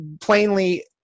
plainly